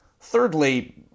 Thirdly